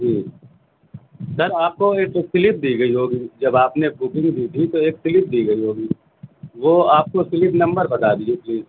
جی sir آپ کو ایک سلپ دی گئی ہوگی جب آپ نے بکنگ دی تھی تو ایک سلپ دی گئی ہوگی تو وہ آپ سلپ نمبر بتا دیجیے پلیز